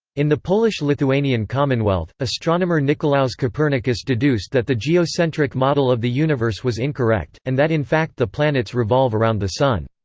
in the polish-lithuanian commonwealth, astronomer nicolaus copernicus deduced that the geocentric model of the universe was incorrect, and that in fact the planets revolve around the sun.